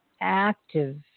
active